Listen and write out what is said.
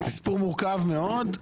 זה סיפור מורכב מאוד.